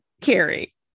Carrie